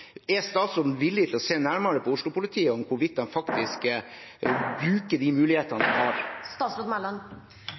Er statsråden villig til å se nærmere på Oslo-politiet, på hvorvidt de faktisk bruker de mulighetene de har?